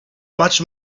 much